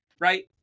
right